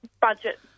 budget